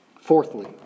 Fourthly